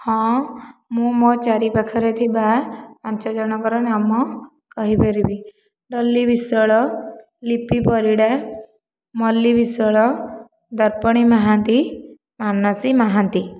ହଁ ମୁଁ ମୋ ଚାରିପାଖରେ ଥିବା ପାଞ୍ଚ ଜଣଙ୍କର ନାମ କହିପାରିବି ଡଲି ବିଶ୍ୱାଳ ଲିପି ପରିଡ଼ା ମଲ୍ଲି ବିଶ୍ୱାଳ ଦର୍ପଣି ମହାନ୍ତି ମାନସୀ ମହାନ୍ତି